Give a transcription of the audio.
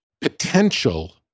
potential